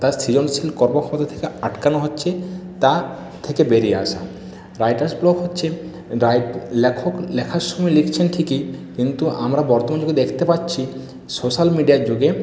তার সৃজনশীল কর্মক্ষমতা থেকে আটকানো হচ্ছে তার থেকে বেরিয়ে আসা রাইটার্স ব্লক হচ্ছে রাইট লেখক লেখার সময় লিখছেন ঠিকই কিন্তু আমরা বর্তমান যুগে দেখতে পাচ্ছি সোশ্যাল মিডিয়ার যুগে